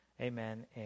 Amen